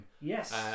Yes